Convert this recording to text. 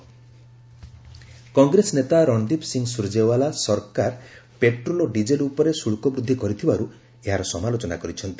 Congress reaction Congress ନେତା ରଣଦୀପ୍ ସିଂହ ସ୍ନରଜେୱାଲା ସରକାର petrol ଓ ଡିଜେଲ୍ ଉପରେ ଶୁଳ୍କ ବୃଦ୍ଧି କରିଥିବାରୁ ଏହାର ସମାଲୋଚନା କରିଛନ୍ତି